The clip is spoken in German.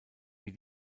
wie